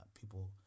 People